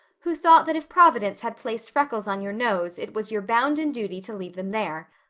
who thought that if providence had placed freckles on your nose it was your bounden duty to leave them there.